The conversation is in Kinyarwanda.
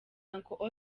uncle